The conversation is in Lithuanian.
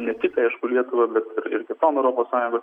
ne tik aišku lietuva bet ir kitom europos sąjungos